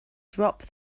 drop